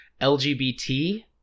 LGBT